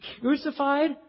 crucified